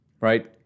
right